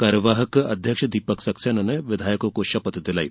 कार्यवाहक अध्यक्ष दीपक सक्सेना ने विधायकों को शपथ दिलायी